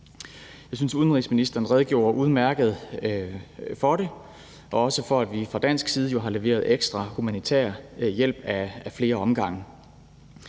udenrigsministeren redegjorde udmærket for det og også for, at vi fra dansk side jo har leveret ekstra humanitær hjælp af flere omgange.